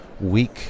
weak